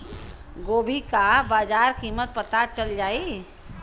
गोभी का बाजार कीमत पता चल जाई?